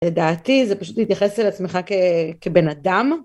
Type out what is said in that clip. לדעתי זה פשוט התייחס לעצמך כבן אדם.